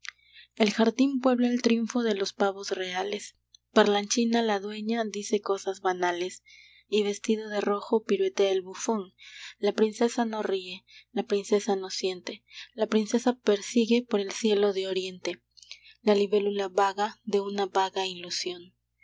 el jardín puebla el triunfo de los pavos reales parlanchina la dueña dice cosas banales y vestido de rojo piruetea el bufón la princesa no ríe la princesa no siente la princesa persigue por el cielo de oriente la libélula vaga de una vaga ilusión